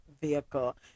vehicle